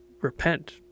repent